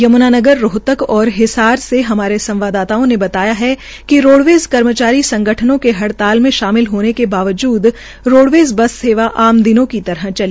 यम्नानगर रोहतक और हिसार से हमारे संवाददाताओं ने बताया कि रोडवेज़ कर्मचारी संगठनों ने हड़ताल में शामिल होने के बावजूद रोडवेज़ बस सेवा आम दिनों की तरह चली